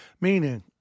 Meaning